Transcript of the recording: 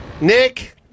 Nick